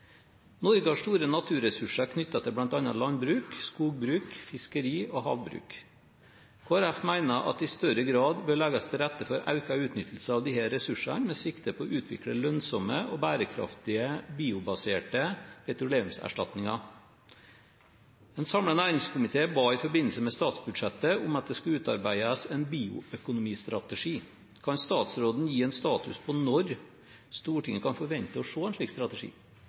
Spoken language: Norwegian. Norge har store naturressurser knyttet til bl.a. landbruk, skogbruk, fiskeri og havbruk. Kristelig Folkeparti mener at det i større grad bør legges til rette for økt utnyttelse av disse ressursene, med sikte på å utvikle lønnsomme og bærekraftige biobaserte petroleumserstatninger. En samlet næringskomité ba i forbindelse med statsbudsjettet om at det skulle utarbeides en bioøkonomistrategi. Kan statsråden gi en status på når Stortinget kan forvente å se en slik strategi?